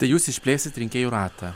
tai jūs išplėsit rinkėjų ratą